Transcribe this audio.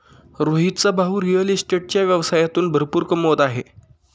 रोहितचा भाऊ रिअल इस्टेटच्या व्यवसायातून भरपूर कमवत आहे